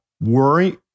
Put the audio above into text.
worry